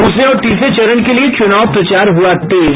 द्रसरे और तीसरे चरण के लिये चुनाव प्रचार हुआ तेज